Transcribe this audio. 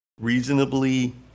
reasonably